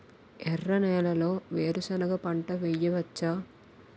ఎర్ర నేలలో వేరుసెనగ పంట వెయ్యవచ్చా?